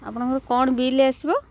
ଆପଣଙ୍କର କଣ ବିଲ୍ ଆସିବ